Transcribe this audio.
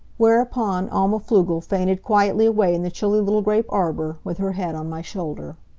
whereupon alma pflugel fainted quietly away in the chilly little grape arbor, with her head on my shoulder.